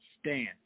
stand